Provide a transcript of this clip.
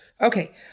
Okay